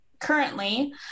currently